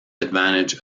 advantage